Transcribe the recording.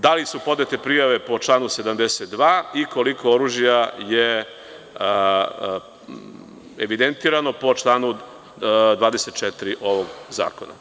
Da li su podnete prijave po članu 72. i koliko oružja je evidentirano po članu 24. ovog Zakona.